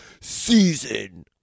Season